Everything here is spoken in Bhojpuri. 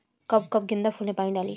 कब कब गेंदा फुल में पानी डाली?